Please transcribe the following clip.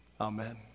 Amen